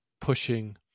pushing